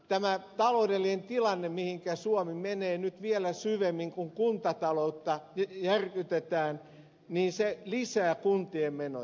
tämä taloudellinen tilanne mihinkä suomi menee nyt vielä syvemmin kun kuntataloutta järkytetään lisää kuntien menoja